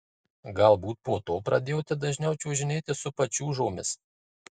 galbūt po to pradėjote dažniau čiuožinėti su pačiūžomis